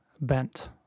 bent